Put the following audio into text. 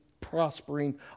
prospering